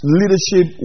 leadership